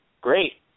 great